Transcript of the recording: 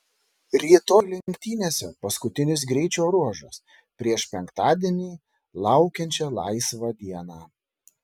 rytoj lenktynėse paskutinis greičio ruožas prieš penktadienį laukiančią laisvą dieną